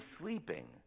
sleeping